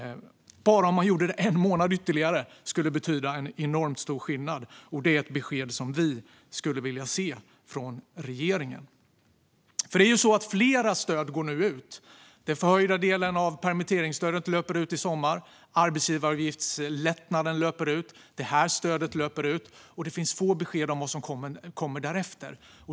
Bara en månad till skulle göra enormt stor skillnad, och detta är ett besked som vi skulle vilja se från regeringen. Flera stöd går nu ut. Den förhöjda delen av permitteringsstödet löper ut i sommar. Arbetsgivaravgiftslättnaden löper ut. Det här stödet löper ut. Det finns få besked om vad som kommer därefter.